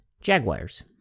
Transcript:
Jaguars